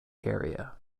area